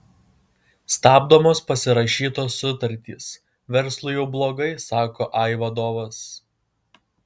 stabdomos pasirašytos sutartys verslui jau blogai sako ai vadovas